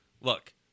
Look